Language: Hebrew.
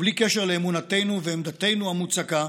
ובלי קשר לאמונתנו ועמדתנו המוצקה,